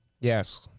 Yes